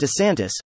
DeSantis